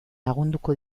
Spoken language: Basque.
lagunduko